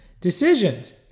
decisions